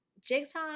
jigsaw